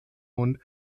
und